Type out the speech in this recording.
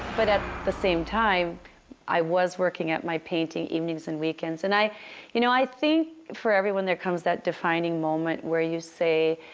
but at the same time i was working at my painting evenings and weekends. and you know, i think for everyone there comes that defining moment where you say,